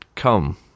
Come